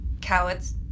Cowards